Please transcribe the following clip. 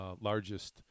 largest